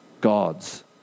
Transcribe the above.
gods